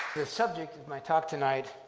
the subject of my talk tonight